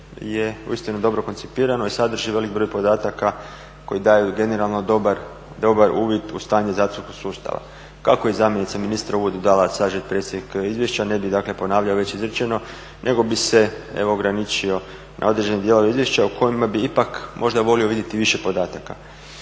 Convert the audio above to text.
je uistinu dobro koncipirano i sadrži veliki broj podataka koji daju generalno dobar uvid u stanje zatvorskog sustava. Kako je zamjenica ministra u uvodu dala sažet presjek izvješća ne bih dakle ponavljao već izrečeno nego bih se evo ograničio na određene dijelove izvješća u kojima bih ipak možda volio vidjeti više podataka.